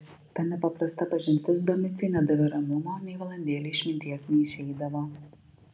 ta nepaprasta pažintis domicei nedavė ramumo nei valandėlei iš minties neišeidavo